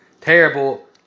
Terrible